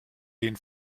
den